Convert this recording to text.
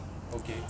okay